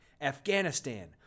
Afghanistan